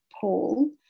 Paul